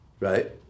Right